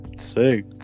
Sick